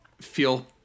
feel